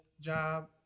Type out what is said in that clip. job